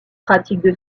pratiques